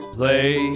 play